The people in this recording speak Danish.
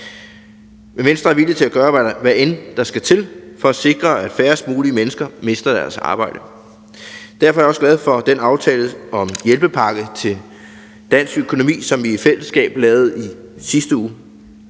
Men Venstre er villig til at gøre, hvad der end skal til, for at sikre, at færrest mulige mennesker mister deres arbejde. Derfor er jeg også glad for den aftale om en hjælpepakke til dansk økonomi, som vi i fællesskab lavede i sidste uge.